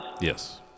Yes